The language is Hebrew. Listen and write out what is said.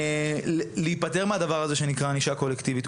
אנחנו צריכים להיפתר מהדבר הזה שנקרא ענישה קולקטיבית.